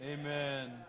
Amen